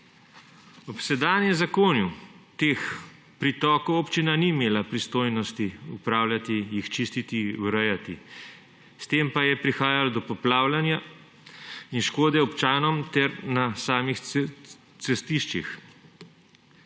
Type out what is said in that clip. Ob sedanjem zakonju občina teh pritokov ni imela pristojnosti upravljati, jih čistiti, urejati. S tem pa je prihajalo do poplavljanja in škode občanov ter na samih cestiščih.